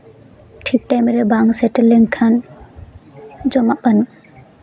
ᱴᱷᱤᱠ ᱴᱟᱭᱤᱢ ᱨᱮ ᱵᱟᱝ ᱥᱮᱴᱮᱨ ᱞᱮᱱᱠᱷᱟᱱ ᱡᱚᱢᱟᱜ ᱠᱟᱱ